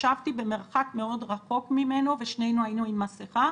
ישבתי במרחק מאוד רחוק ממנו ושנינו היינו עם מסיכה.